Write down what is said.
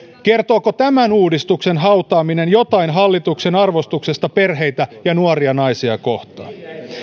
kertooko tämän uudistuksen hautaaminen jotain hallituksen arvostuksesta perheitä ja nuoria naisia kohtaan